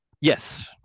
Yes